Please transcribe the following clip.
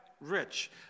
rich